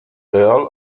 earl